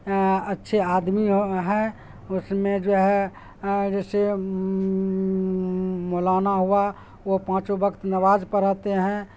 اچھے آدمی ہیں اس میں جو ہے جیسے مولانا ہوا وہ پانچوں وقت نماز پڑھاتے ہیں